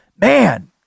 Man